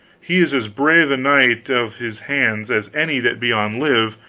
he is as brave a knight of his hands as any that be on live,